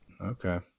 Okay